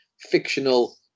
fictional